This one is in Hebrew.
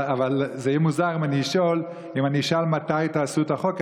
אבל זה יהיה מוזר אם אני אשאל מתי תעשו את החוק,